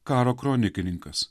karo kronikininkas